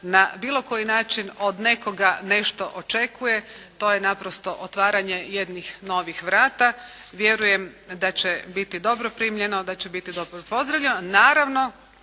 na bilo koji način od nekoga nešto očekuje. To je naprosto otvaranje jednih novih vrata. Vjerujem da će biti dobro primljeno, da će biti dobro pozdravljeno.